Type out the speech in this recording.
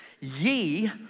ye